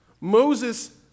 Moses